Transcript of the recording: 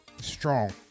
Strong